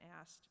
asked